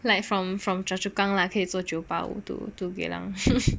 like from from Choa-Chu-Kang lah 可以坐九八五 to to Geylang